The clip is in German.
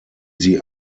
sie